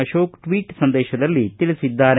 Ashoka tweet ಸಂದೇಶದಲ್ಲಿ ತಿಳಿಸಿದ್ದಾರೆ